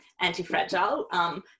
Anti-Fragile